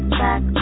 back